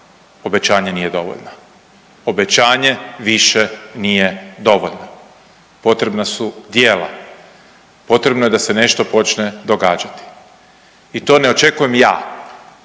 obećanje nije dovoljno. Obećanje više nije dovoljno. Potrebna su djela. Potrebno je da se nešto počne događati. I to ne očekujem ja.